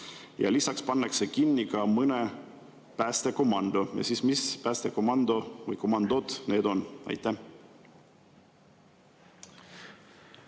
lisaks pannakse kinni ka mõni päästekomando? Mis päästekomando või -komandod need on? Aitäh!